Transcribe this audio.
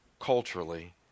culturally